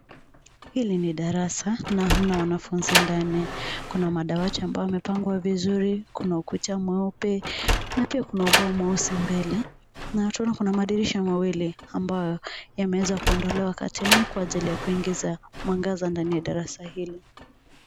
Hili ni darasa na Hanna wanafunzi ndani kuna madawati ambayo yamepangwa vizuri kuna ukuta mweupe na pia Ku ubao mweusi mbele. Kando kuna madirisha ambayo ya meweza kuondolewa kateni kwa ajili ya kuingiza mwangaza ndani ya darasa hili.